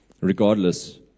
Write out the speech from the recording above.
regardless